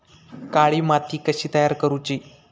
काळी माती कशी तयार करूची?